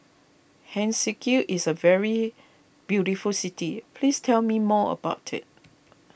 Helsinki is a very beautiful city please tell me more about it